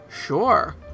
Sure